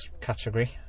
category